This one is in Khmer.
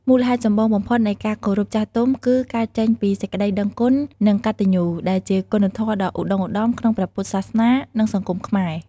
មូលហេតុចម្បងបំផុតនៃការគោរពចាស់ទុំគឺកើតចេញពីសេចក្តីដឹងគុណ និងកតញ្ញូ ដែលជាគុណធម៌ដ៏ឧត្តុង្គឧត្តមក្នុងព្រះពុទ្ធសាសនា និងសង្គមខ្មែរ។